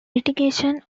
litigation